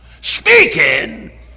speaking